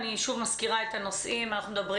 אני מזכירה שוב את הנושאים: אנחנו מדברים